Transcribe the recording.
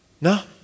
No